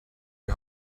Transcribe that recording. die